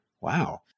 Wow